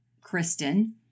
Kristen